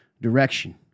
direction